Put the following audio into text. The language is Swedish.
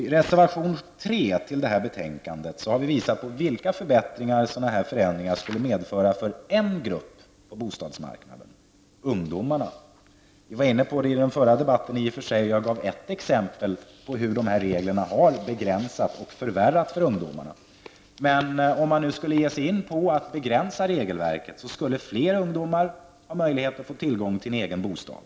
I reservation 3 till betänkandet har vi visat på vilka förbättringar dessa förändringar skulle medföra för en grupp på bostadsmarknaden, ungdomarna. Vi var i och för sig inne på detta i den förra debatten, där jag gav ett exempel på hur reglerna har begränsat och förvärrat för ungdomarna. Om man skulle ge sig på att begränsa regelverket, skulle fler ungdomar ha möjlighet att få en egen bostad.